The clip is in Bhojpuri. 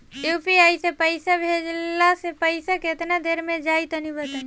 यू.पी.आई से पईसा भेजलाऽ से पईसा केतना देर मे जाई तनि बताई?